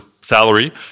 salary